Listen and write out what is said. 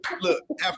look